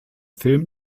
film